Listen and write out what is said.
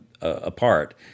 apart